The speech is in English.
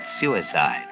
suicide